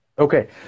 Okay